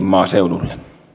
maaseudulle